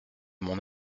mon